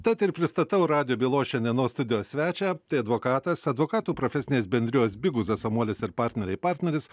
tad ir pristatau radijo bylos šiandienos studijos svečią tai advokatas advokatų profesinės bendrijos biguzas samuolis ir partneriai partneris